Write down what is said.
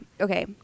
Okay